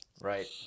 Right